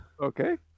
Okay